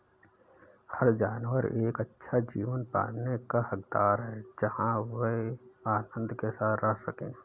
हर जानवर एक अच्छा जीवन पाने का हकदार है जहां वे आनंद के साथ रह सके